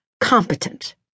competent